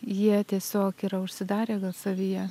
jie tiesiog yra užsidarę savyje